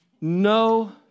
No